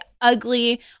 ugly